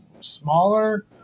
smaller